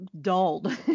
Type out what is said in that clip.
dulled